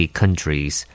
countries